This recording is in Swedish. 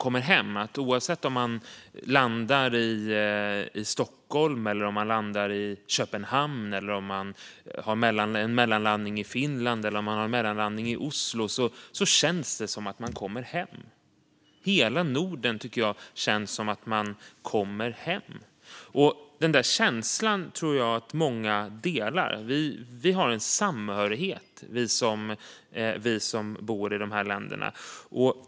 Oavsett om jag landar i Stockholm eller Köpenhamn när jag kommer hem eller om jag mellanlandar i Finland eller i Oslo tänker jag alltid att det känns som att komma hem. Hela Norden känns som att komma hem. Den känslan tror jag att många delar. Vi som bor i de här länderna har en samhörighet.